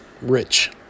rich